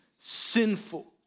sinful